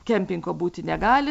kempingo būti negali